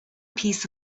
piece